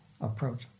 approach